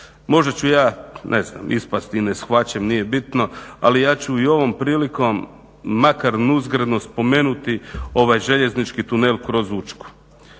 Možda ću ja, ne znam, ispasti neshvaćen, nije bitno, ali ja ću i ovom prilikom makar … spomenuti ovaj željeznički tunel kroz Učku.